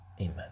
Amen